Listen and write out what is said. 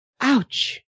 Ouch